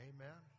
Amen